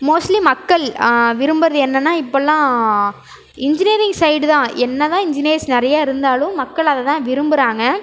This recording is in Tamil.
மோஸ்ட்லி மக்கள் விரும்புறது என்னென்னால் இப்பெல்லாம் இன்ஜினியரிங் சைடு தான் என்னதான் இஞ்சினியர்ங்ஸ் நிறைய இருந்தாலும் மக்கள் அதைதான் விரும்புகிறாங்க